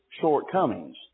shortcomings